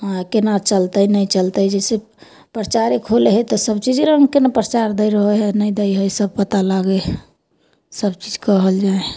हँ केना चलतै नहि चलतै जैसे परचारे खोलय हय तऽ सब चीजे रंगके परचार दय रहय हय नै दय हय सब पता लागय हय सब चीज कहल जाय हय